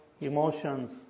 emotions